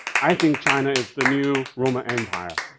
i think china is the new roman empire,